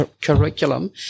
curriculum